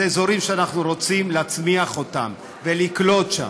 אלה אזורים שאנחנו רוצים להצמיח אותם ולקלוט בהם,